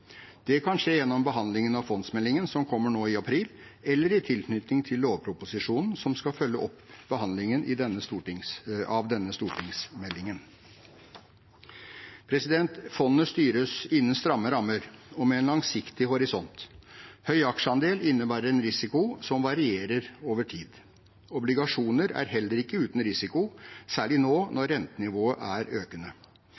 Det kan skje gjennom behandlingen av fondsmeldingen som kommer nå i april, eller i tilknytning til lovproposisjonen som skal følge opp behandlingen av denne stortingsmeldingen. Fondet styres innen stramme rammer og med en langsiktig horisont. Høy aksjeandel innebærer en risiko som varierer over tid. Obligasjoner er heller ikke uten risiko, særlig nå